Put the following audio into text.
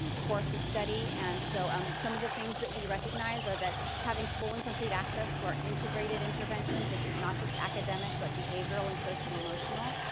um course of study, and so um some of the things that we recognize are that having full and complete access to our integrated interventions, which is not just academic but behavioral and social emotional,